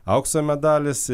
aukso medalis